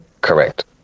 Correct